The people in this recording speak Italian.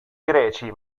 greci